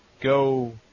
go